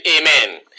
amen